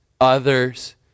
others